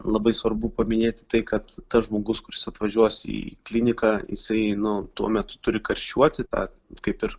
labai svarbu paminėti tai kad tas žmogus kuris atvažiuos į kliniką jisai nu tuo metu turi karščiuoti tą kaip ir